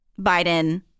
biden